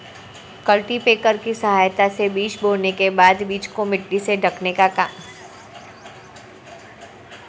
cultipacker की सहायता से बीज बोने के बाद बीज को मिट्टी से ढकने का काम भी करते है